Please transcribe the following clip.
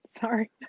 Sorry